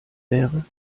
wäre